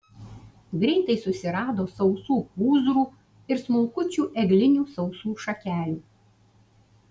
greitai susirado sausų pūzrų ir smulkučių eglinių sausų šakelių